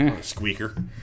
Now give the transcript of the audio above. Squeaker